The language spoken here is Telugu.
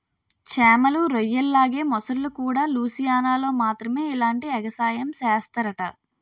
చేమలు, రొయ్యల్లాగే మొసల్లుకూడా లూసియానాలో మాత్రమే ఇలాంటి ఎగసాయం సేస్తరట